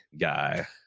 guy